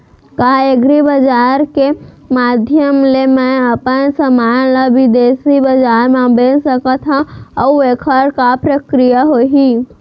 का एग्रीबजार के माधयम ले मैं अपन समान ला बिदेसी बजार मा बेच सकत हव अऊ एखर का प्रक्रिया होही?